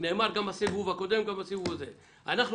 זה נאמר גם בסיבוב הקודם וגם בסיבוב הזה אנחנו